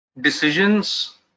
decisions